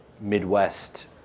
Midwest